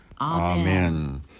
Amen